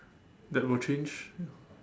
that will change